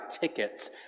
tickets